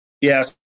Yes